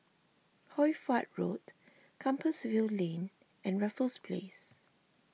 Hoy Fatt Road Compassvale Lane and Raffles Place